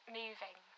moving